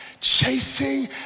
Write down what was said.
chasing